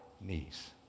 knees